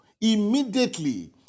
immediately